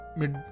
mid